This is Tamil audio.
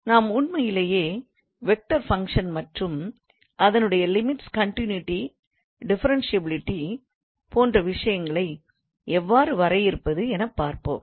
நாம் உண்மையிலேயே வெக்டார் ஃபங்க்ஷன் மற்றும் அதனுடைய லிமிட்ஸ் கண்டின்யூட்டி டிஃபரன்ஷியபிலிட்டி போன்ற விஷயங்களை எவ்வாறு வரையறுப்பது எனப் பார்ப்போம்